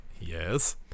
Yes